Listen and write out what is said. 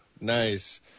nice